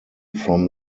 from